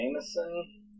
Jameson